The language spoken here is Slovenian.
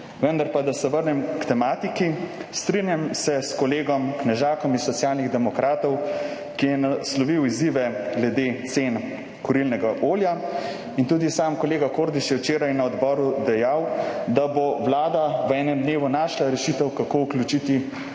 Vendar pa, da se vrnem k tematiki. Strinjam se s kolegom Knežakom iz Socialnih demokratov, ki je naslovil izzive glede cen kurilnega olja. In tudi sam kolega Kordiš je včeraj na odboru dejal, da bo Vlada v enem dnevu našla rešitev, kako vključiti